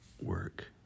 Work